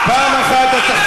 עראר, תירגע.